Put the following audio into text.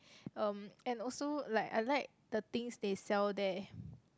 um and also like I like the things they sell there